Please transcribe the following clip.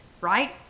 right